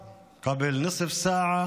חוק מניעת איחוד המשפחות, עבר לפני חצי שעה